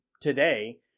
today